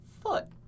foot